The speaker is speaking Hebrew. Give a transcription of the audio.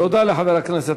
תודה לחבר הכנסת